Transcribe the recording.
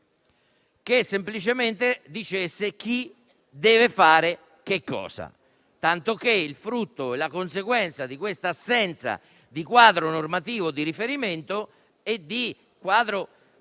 che semplicemente dicesse chi doveva fare cosa, tanto che il frutto e la conseguenza di quest'assenza di quadro normativo di riferimento, anche